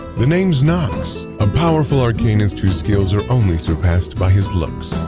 the name's nox, a powerful arcanist whose skills are only surpassed by his looks.